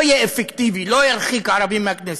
לא יהיה אפקטיבי, לא ירחיק ערבים מהכנסת,